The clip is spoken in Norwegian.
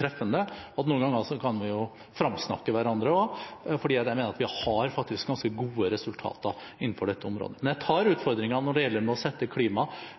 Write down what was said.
treffende. Noen ganger kan vi jo fremsnakke hverandre også, for jeg mener at vi har ganske gode resultater innenfor dette området. Men jeg tar